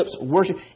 worship